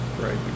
Right